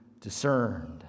discerned